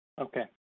Okay